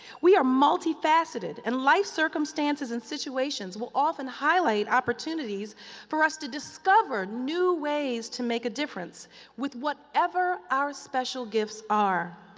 we are multifaceted, and life circumstances and situations will often highlight opportunities for us to discover new ways to make make a difference with whatever our special gifts are.